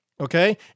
Okay